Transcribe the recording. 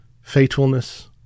faithfulness